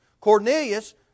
Cornelius